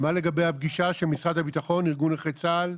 מה לגבי הפגישה של משרד הביטחון, ארגון נכי צה"ל,